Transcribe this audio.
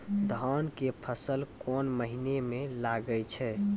धान के फसल कोन महिना म लागे छै?